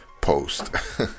post